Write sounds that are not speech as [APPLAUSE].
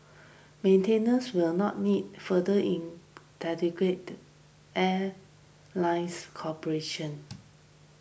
maintenance will not need further in [UNINTELLIGIBLE] airline's cooperation